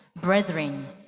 brethren